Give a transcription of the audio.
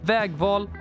Vägval